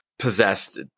Possessed